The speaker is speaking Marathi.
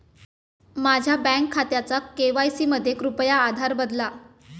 माझ्या बँक खात्याचा के.वाय.सी मध्ये कृपया आधार बदला